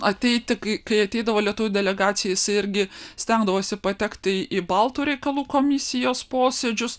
ateiti kai kai ateidavo lietuvių delegacija jisai irgi stengdavosi patekti į baltų reikalų komisijos posėdžius